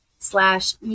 Slash